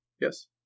Yes